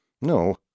No